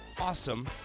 awesome